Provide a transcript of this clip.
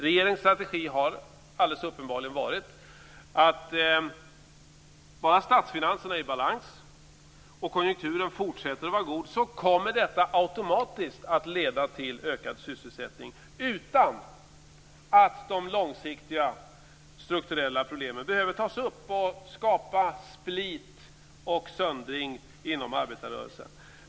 Regeringens strategi har alldeles uppenbarligen varit följande: statsfinanser i balans och fortsatt god konjunktur kommer automatiskt att leda till ökad sysselsättning utan att de långsiktiga strukturella problemen behöver tas upp och skapa split och söndring inom arbetarrörelsen.